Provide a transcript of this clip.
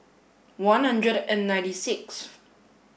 one hundred and ninety six